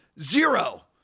Zero